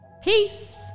Peace